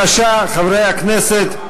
נקבל את המעמד, חברי הכנסת,